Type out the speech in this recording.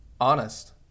honest